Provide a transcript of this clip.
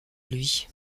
lui